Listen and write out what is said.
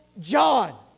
John